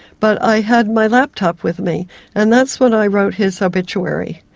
but i had my laptop with me and that's when i wrote his obituary,